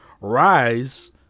Rise